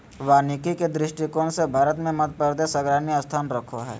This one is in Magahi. वानिकी के दृष्टिकोण से भारत मे मध्यप्रदेश अग्रणी स्थान रखो हय